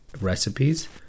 recipes